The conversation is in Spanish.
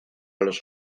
los